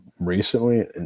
recently